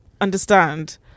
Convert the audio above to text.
understand